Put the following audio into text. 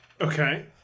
Okay